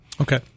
Okay